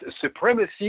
supremacy